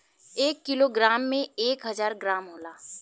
एक kilogram में एक हजार ग्राम होला